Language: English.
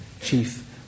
chief